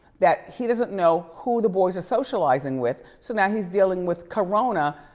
that he doesn't know who the boys are socializing with. so now he's dealing with corona,